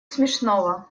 смешного